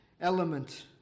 element